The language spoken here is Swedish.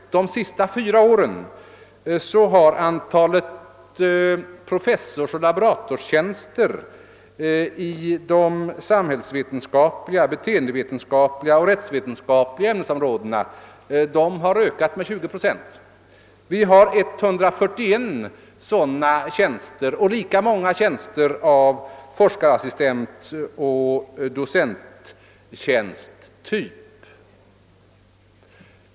Under de senaste fyra åren har antalet professorsoch laboratorstjänster i de samhällsvetenskapliga, beteendevetenskapliga och rättsvetenskapliga ämnesområdena ökat med 20 procent. Vi har 141 sådana tjänster och lika många tjänster av forskarassistentoch docenttjänsttyp.